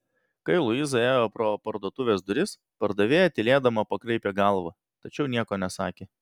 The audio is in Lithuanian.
kai luiza ėjo pro parduotuvės duris pardavėja tylėdama pakraipė galvą tačiau nieko nesakė